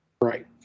Right